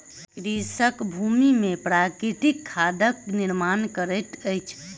कृषक भूमि में प्राकृतिक खादक निर्माण करैत अछि